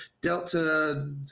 Delta